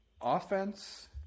offense